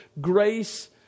grace